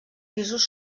pisos